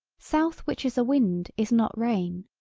south which is a wind is not rain,